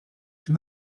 cię